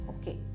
Okay